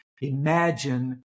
imagine